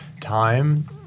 time